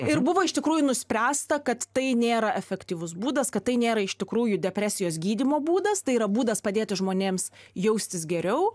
ir buvo iš tikrųjų nuspręsta kad tai nėra efektyvus būdas kad tai nėra iš tikrųjų depresijos gydymo būdas tai yra būdas padėti žmonėms jaustis geriau